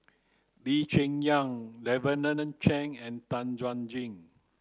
Lee Cheng Yan Lavender Chang and Tan Chuan Jin